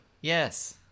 Yes